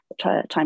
time